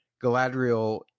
Galadriel